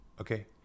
okay